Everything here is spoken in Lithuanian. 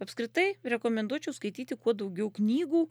apskritai rekomenduočiau skaityti kuo daugiau knygų